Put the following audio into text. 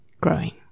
growing